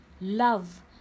love